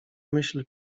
myśl